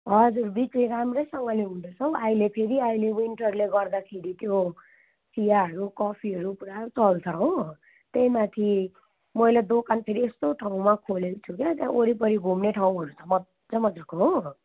हजुर बिक्री राम्रैसँगले हुँदैछ हौ अहिले फेरि अहिले विन्टरले गर्दाखेरि त्यो चियाहरू कफीहरू पुरा चल्छ हो त्यहीमाथि मैले दोकान फेरि यस्तो ठाउँमा खोलेको छु क्या त्यहाँ वरिपरि घुम्ने ठाउँहरू छ मजा मजाको हो